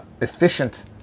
efficient